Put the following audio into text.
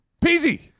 Peasy